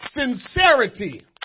sincerity